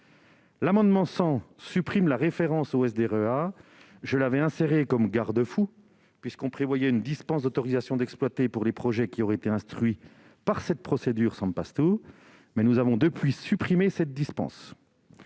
L'amendement n° 100 vise à supprimer la référence au SDREA. Je l'avais insérée comme garde-fou, alors que l'on prévoyait une dispense d'autorisation d'exploiter pour les projets qui auraient été instruits par cette procédure Sempastous ; mais, depuis, nous avons supprimé cette dispense.